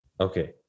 okay